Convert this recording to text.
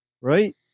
right